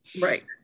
Right